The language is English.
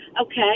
Okay